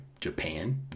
Japan